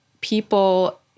people